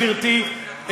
גברתי,